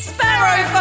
Sparrow